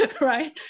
right